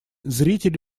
зритель